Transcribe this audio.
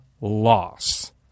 loss